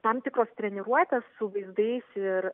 tam tikros treniruotės su vaizdais ir